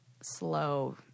slow